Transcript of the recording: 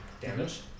Damage